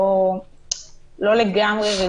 הוא אומר את הדעה שלו, לא את הדעה שלך.